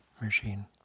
machine